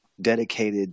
dedicated